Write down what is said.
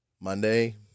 Monday